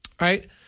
Right